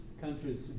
countries